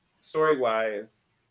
story-wise